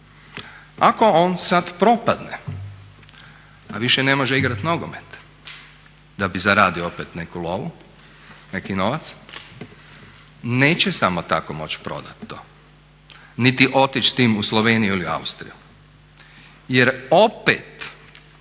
Ako on sad propadne a više ne može igrati nogomet da bi zaradio opet neku lovu, neki novac neće samo tako moći prodati to niti otići s tim u Sloveniju ili u Austriju. Jer opet